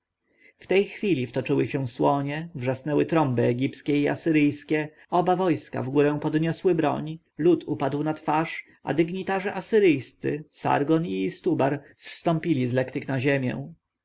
w tej chwili wtoczyły się słonie wrzasnęły trąby egipskie i asyryjskie oba wojska wgórę podniosły broń lud upadł na twarz a dygnitarze asyryjscy sargon i istubar zstąpili z lektyk na ziemię